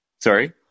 Sorry